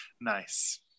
Nice